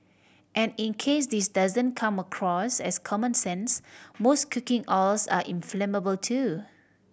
and in case this doesn't come across as common sense most cooking oils are inflammable too